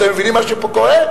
אתם מבינים מה שפה קורה?